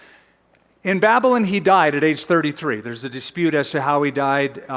in babylon, he died at age thirty three. there's a dispute as to how he died.